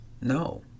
No